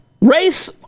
Race